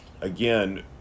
again